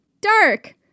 Dark